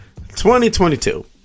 2022